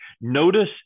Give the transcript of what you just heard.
notice